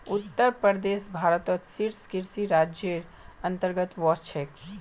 उत्तर प्रदेश भारतत शीर्ष कृषि राज्जेर अंतर्गतत वश छेक